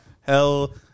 Hell